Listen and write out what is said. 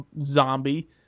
zombie